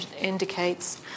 indicates